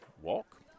walk